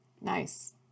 nice